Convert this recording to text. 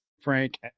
Frank